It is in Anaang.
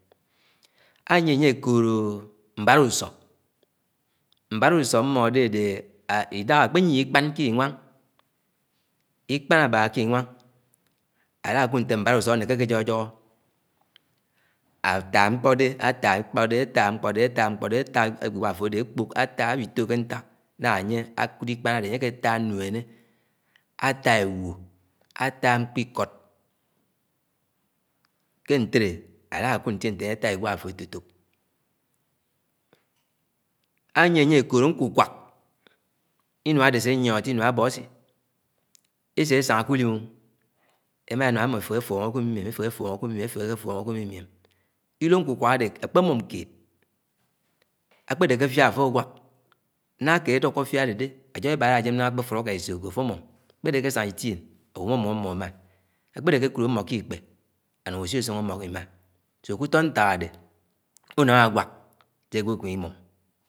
Ányie ánye ékòlo mbarauso mbarauso mmode ade idãhãm akoéyie ikpang ke inwang ikpang abaha ki-inwang álákúd nte mbáráuso ánéke ányonyoho etaa mkpõdẽ efaa mkpode efaa jgúa afódé áwotó kénták ñañga anye akúd ikpang ádé añye kétá nnuene, ataa éwu ataa mkpikod ké nteté alakúd nte añye afaa igúa afo etoa etoa. Anyie anye ekóló ñkukwak inua ade ásényiong até inúa aboasii, ésésáñga kúlim, emánám mmo eféhé èfongo kumiem eféhé éfoñgo iumiem ilo nkukwak ade akpémũm kẽed ákpedé ké áfia afó áwak nánga keed ádúkó afia adedé ánám iba álajém nánga ákpe afuló áká isó adé kpedé akésañga ition múmúmúm ámo ùma. Kpedé ákiekúd ámó ke ikpe anung áwisosóngo ámó imana. Útó nták ade únam ánwak se ágwo ékéme imum.